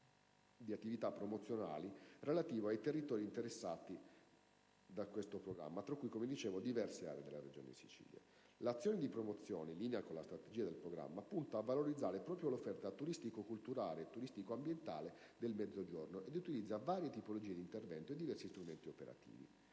programma promozionale relativo ai territori interessati da detto programma, tra cui diverse aree della Sicilia. L'azione di promozione, in linea con la strategia del programma, punta a valorizzare proprio l'offerta turistico-culturale e turistico-ambientale del Mezzogiorno ed utilizza varie tipologie di intervento e diversi strumenti operativi.